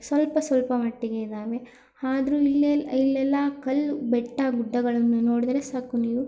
ಸ್ವಲ್ಪ ಸ್ವಲ್ಪಮಟ್ಟಿಗೆ ಇದ್ದಾವೆ ಆದ್ರೂ ಇಲ್ಲೆಲ್ಲ ಇಲ್ಲೆಲ್ಲ ಕಲ್ಲು ಬೆಟ್ಟ ಗುಡ್ಡಗಳನ್ನು ನೋಡಿದ್ರೆ ಸಾಕು ನೀವು